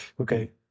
Okay